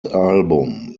album